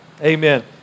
Amen